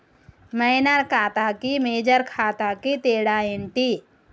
Minor ఖాతా కి major ఖాతా కి తేడా ఏంటి?